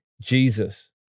Jesus